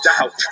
doubt